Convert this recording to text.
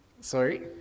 Sorry